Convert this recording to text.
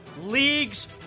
Leagues